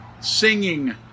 singing